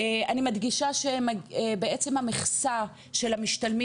אני מדגישה שבעצם המכסה של המשתלמים